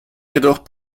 jedoch